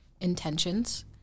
intentions